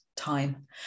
time